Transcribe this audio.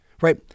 right